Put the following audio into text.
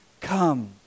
come